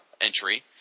entry